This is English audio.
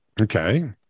Okay